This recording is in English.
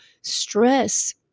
stress